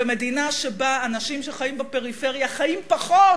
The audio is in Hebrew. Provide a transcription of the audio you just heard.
מדינה שבה אנשים שחיים בפריפריה חיים פחות